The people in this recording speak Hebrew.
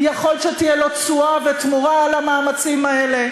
יכול שתהיה לו תשואה ותמורה על המאמצים האלה,